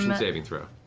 um saving throw,